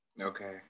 Okay